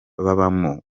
babamo